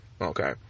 Okay